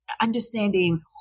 Understanding